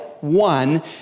one